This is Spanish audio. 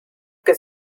que